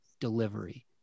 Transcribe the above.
delivery